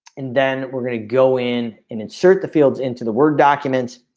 and then we're gonna go in and insert the fields into the word documents